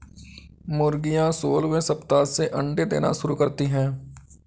मुर्गियां सोलहवें सप्ताह से अंडे देना शुरू करती है